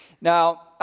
Now